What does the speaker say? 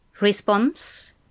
Response